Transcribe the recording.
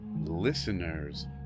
listeners